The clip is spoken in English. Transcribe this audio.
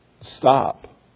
Stop